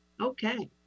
okay